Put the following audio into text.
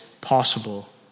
possible